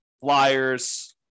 flyers